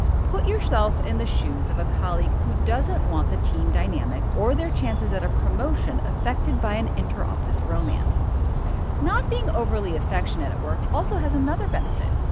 put yourself in the shoes of a colleague who doesn't want the team dynamic or their chances at a promotion affected by an interoffice romance not being overly affectionate at work also has another benefit.